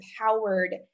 empowered